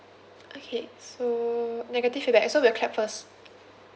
okay so negative feedback so we'll clap first